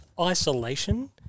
isolation